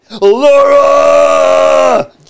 Laura